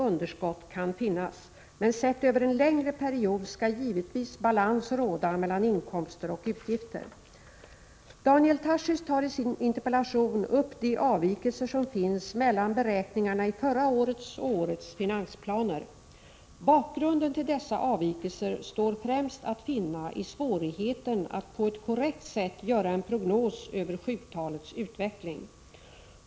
underskott kan finnas, men sett över en längre period skall givetvis balans råda mellan inkomster och utgifter. Daniel Tarschys tar i sin interpellation upp de avvikelser som finns mellan beräkningarna i förra årets och årets finansplaner. Bakgrunden till dessa avvikelser står främst att finna i svårigheten att på ett korrekt sätt göra en prognos över sjuktalets utveckling.